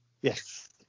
Yes